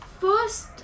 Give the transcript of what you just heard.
First